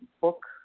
book